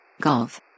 golf